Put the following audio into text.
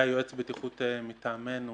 היה יועץ בטיחות מטעמנו